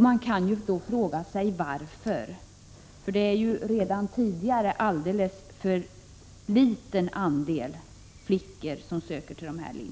Man kan fråga sig varför. Det har redan tidigare varit en alltför liten andel flickor som söker till dessa linjer.